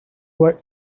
were